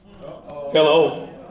Hello